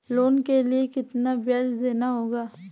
Loan के लिए कितना ब्याज देना होगा?